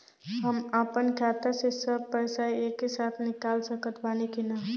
हम आपन खाता से सब पैसा एके साथे निकाल सकत बानी की ना?